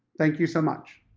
thank you so much!